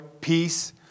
peace